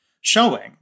showing